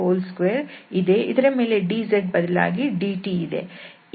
ಮೇಲಿನ dz ಬದಲಾಗಿ dt ಇದೆ